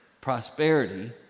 prosperity